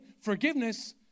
forgiveness